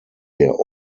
der